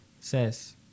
says